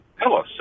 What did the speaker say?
Hello